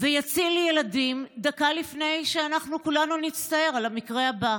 ויציל ילדים דקה לפני שאנחנו כולנו נצטער על המקרה הבא.